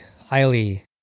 highly